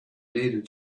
needed